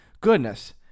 goodness